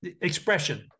expression